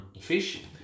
fish